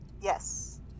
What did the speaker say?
Yes